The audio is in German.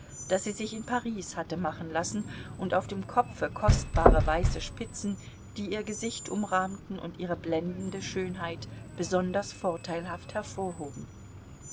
das sie sich in paris hatte machen lassen und auf dem kopfe kostbare weiße spitzen die ihr gesicht umrahmten und ihre blendende schönheit besonders vorteilhaft hervorhoben